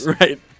Right